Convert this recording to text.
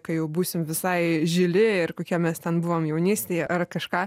kai jau būsim visai žili ir kokie mes ten buvom jaunystėj ar kažką